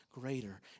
greater